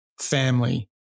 family